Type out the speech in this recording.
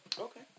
Okay